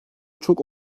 çok